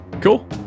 cool